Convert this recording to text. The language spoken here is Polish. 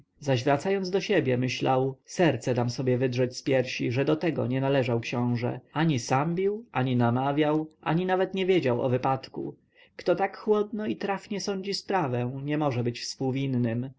zaś wracając do siebie myślał serce dam sobie wydrzeć z piersi że do tego nie należał książę ani sam bił ani namawiał a nawet nie wiedział o wypadku kto tak chłodno i trafnie sądzi sprawę nie może być współwinnym